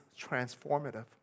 transformative